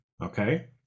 okay